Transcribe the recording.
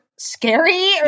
Scary